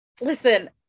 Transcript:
listen